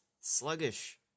sluggish